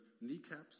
kneecaps